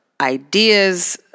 ideas